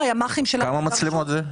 כמה מצלמות זה?